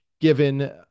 given